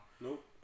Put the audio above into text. Nope